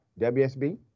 WSB